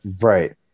right